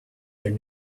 their